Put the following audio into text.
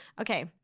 okay